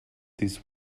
this